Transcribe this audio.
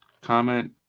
comment